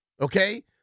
Okay